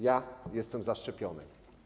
Ja jestem zaszczepiony.